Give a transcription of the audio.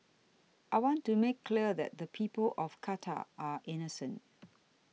I want to make clear that the people of Qatar are innocent